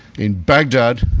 in baghdad,